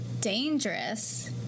dangerous